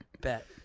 bet